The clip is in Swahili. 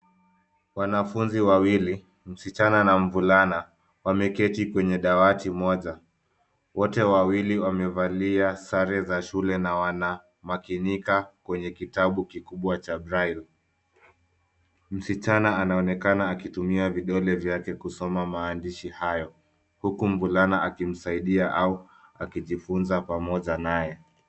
Wanafunzi wawili msichana na mvulana wameketi kwenye dawati moja, wote wawili wamevalia sare za shule na wanamakinika kwenye kitabu kikubwa cha braille. Msichana anaonekana akitumia vidole vyake kusoma maandishi hayo huku mvulana akimsaidia au akijifunza pamoja naye.